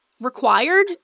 required